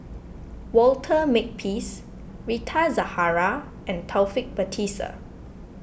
Walter Makepeace Rita Zahara and Taufik Batisah